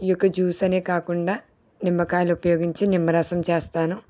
ఈ యొక్క జ్యూస్ అనే కాకుండా నిమ్మకాయలు ఉపయోగించి నిమ్మరసం చేస్తాను